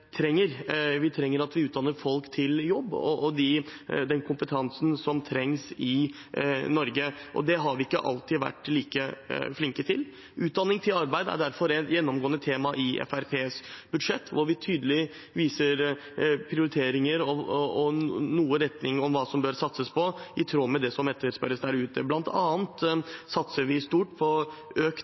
trenger. Vi trenger at vi utdanner folk til jobb og den kompetansen som trengs i Norge. Det har vi ikke alltid vært like flinke til. Utdanning til arbeid er derfor et gjennomgående tema i Fremskrittspartiets budsjett, hvor vi tydelig viser prioriteringer og en retning om hva som bør satses på, i tråd med det som etterspørres der ute. Blant annet satser vi stort på økt